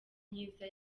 myiza